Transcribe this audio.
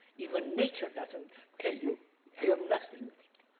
even nature doesn't tell you, you have nothing with it.